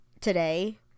today